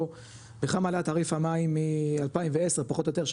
בכמה עלה תעריף המים מ-2010 פחות או יותר,